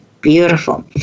Beautiful